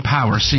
Power